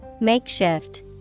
Makeshift